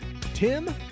Tim